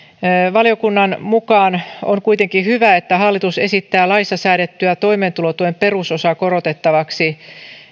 valiokunnan mukaan on kuitenkin hyvä että hallitus esittää laissa säädettyä toimeentulotuen perusosaa korotettavaksi